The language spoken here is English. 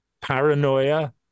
paranoia